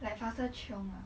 like faster chiong ah